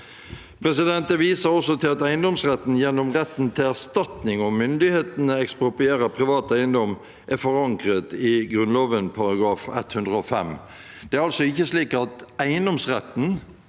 Det vises også til at eiendomsretten, gjennom retten til erstatning om myndighetene eksproprierer privat eiendom, er forankret i Grunnloven § 105. Det er altså ikke slik at eiendomsretten